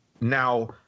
now